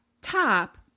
top